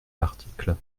l’article